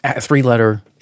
three-letter